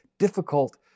difficult